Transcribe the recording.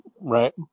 right